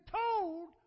told